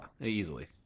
easily